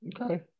okay